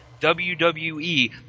WWE